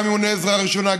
גם אימוני עזרה ראשונה,